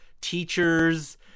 teachers